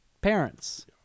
parents